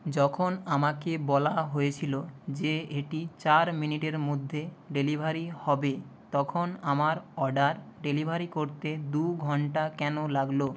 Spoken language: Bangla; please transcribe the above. যখন আমাকে বলা হয়েছিল যে এটি চার মিনিটের মধ্যে ডেলিভারি হবে তখন আমার অর্ডার ডেলিভারি করতে দু ঘন্টা কেন লাগলো